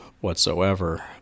whatsoever